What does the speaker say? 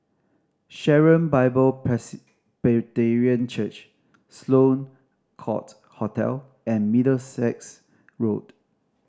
Sharon Bible Presbyterian Church Sloane Court Hotel and Middlesex Road